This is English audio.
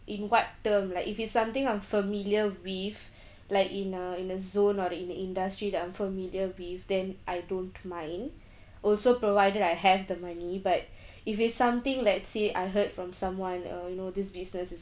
in what term like if it's something I'm familiar with like in a in a zone or in in the industry that I'm familiar with then I don't mind also provided I have the money but if it's something let's say I heard from someone uh know this business is